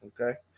okay